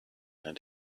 and